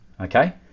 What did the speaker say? Okay